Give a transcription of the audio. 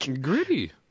gritty